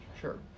Sure